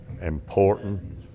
important